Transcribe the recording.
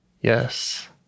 Yes